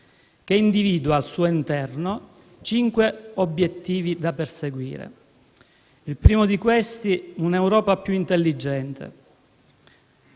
Esso individua al suo interno cinque obiettivi da perseguire. Il primo di questi è un'Europa più intelligente